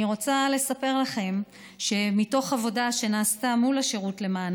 אני רוצה לספר לכם שמתוך עבודה שנעשתה מול השירות למען